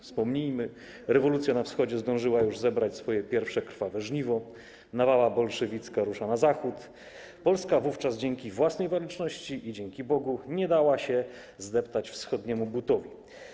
Wspomnijmy, rewolucja na wschodzie zdążyła już zebrać swoje pierwsze krwawe żniwo, nawała bolszewicka rusza na zachód, Polska wówczas dzięki własnej waleczności i dzięki Bogu nie dała się zdeptać wschodniemu butowi.